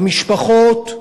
למשפחות,